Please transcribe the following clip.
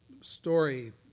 story